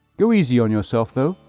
go easy on yourself, though,